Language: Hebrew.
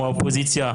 מהאופוזיציה,